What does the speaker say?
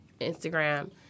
Instagram